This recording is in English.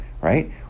right